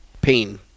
pain